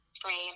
frame